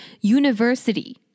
university